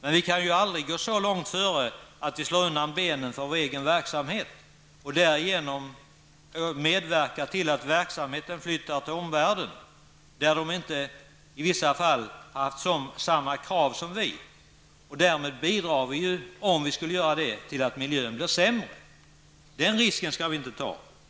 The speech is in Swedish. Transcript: Men vi kan aldrig gå så långt före att vi slår undan benen för vår egen verksamhet och därigenom medverkar till att verksamheten flyttar till omvärlden där det i vissa fall inte finns samma krav som här i Sverige. Om vi skulle göra det, bidrar vi till att miljön blir sämre. Den risken skall vi inte ta.